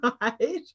Right